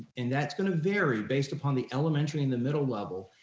and that's gonna vary based upon the elementary and the middle level.